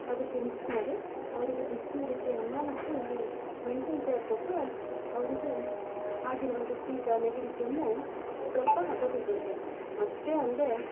ಅದಕ್ಕೆ ಮಿಕ್ಸ್ ಮಾಡಿ ಅವರಿಗೆ ಬಿಸಿ ಬಿಸಿ ಅನ್ನ ಮತ್ತು ಈ ಮೆಣ್ಸಿನ ಸಾರು ಕೊಟ್ಟರೆ ಅವರಿಗೆ ಆಗಿರುವಂಥ ಶೀತ ನೆಗಡಿ ಕೆಮ್ಮು ಸ್ವಲ್ಪ ಹತೋಟಿಗೆ ಬರುತ್ತೆ ಅಷ್ಟೇ ಅಲ್ಲದೆ